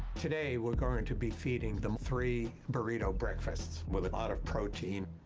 today, we're going to be feeding them three burrito breakfasts with a lot of protein.